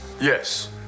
Yes